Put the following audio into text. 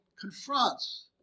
confronts